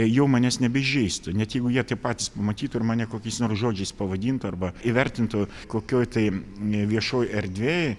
jau manęs nebeįžeistų net jeigu jie tie patys pamatytų ir mane kokiais nors žodžiais pavadintų arba įvertintų kokioj tai viešoj erdvėj